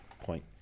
point